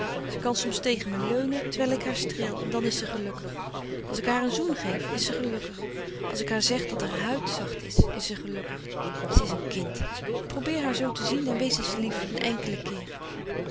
ze kan soms tegen me leunen terwijl ik haar streel dan is ze gelukkig als ik haar een zoen geef is ze gelukkig als ik haar zeg dat haar huid zacht is is ze gelukkig ze is een kind probeer haar zoo te zien en wees eens lief een enkelen keer